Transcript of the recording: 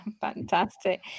Fantastic